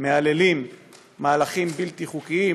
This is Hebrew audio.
מהללים מהלכים בלתי חוקיים